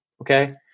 Okay